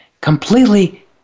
completely